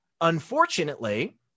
unfortunately